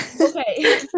Okay